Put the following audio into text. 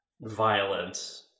violent